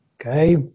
Okay